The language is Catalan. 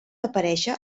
aparèixer